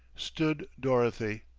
stood dorothy,